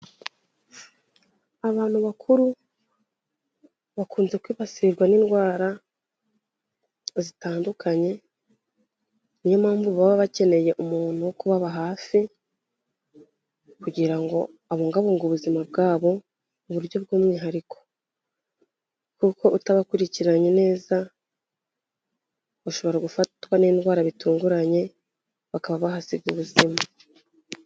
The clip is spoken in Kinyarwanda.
Abantu bakuru bakunze kwibasirwa n'indwara zitandukanye, ni yo mpamvu baba bakeneye umuntu wo kubaba hafi, kugira ngo abungabunge ubuzima bwabo mu buryo bw'umwihariko, kuko utabakurikiranye neza bashobora gufatwa n'indwara bitunguranye bakaba bahasiga ubuzima.